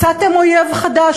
מצאתם אויב חדש,